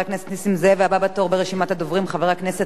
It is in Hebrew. הבא בתור ברשימת הדוברים, חבר הכנסת מיכאל בן-ארי.